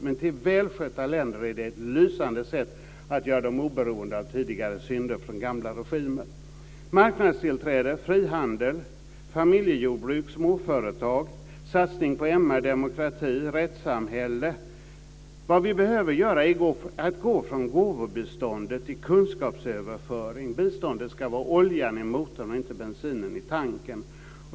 I fråga om välskötta länder är det dock ett lysande sätt att få till stånd ett oberoende av tidigare synder från gamla regimer. Det är viktigt med marknadstillträde, frihandel, familjejordbruk, småföretag, satsning på MR och demokrati och rättssamhälle. Vad vi behöver göra är att gå från gåvobistånd till kunskapsöverföring. Biståndet ska vara oljan i motorn och inte bensinen i tanken.